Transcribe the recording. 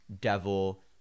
devil